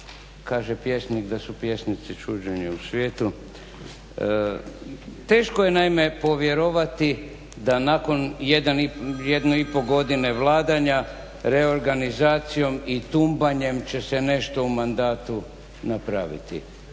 kaže pjesnik da su pjesnici čuđenje u svijetu. Teško je naime povjerovati da nakon jedne i pol godine vladanja, reorganizacijom i tumbanjem će se nešto u mandatu napraviti.